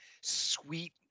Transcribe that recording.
sweet